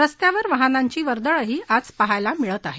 रस्त्यावर वाहनांची वर्दळही पाहायला मिळत आहे